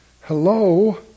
Hello